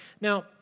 Now